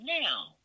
now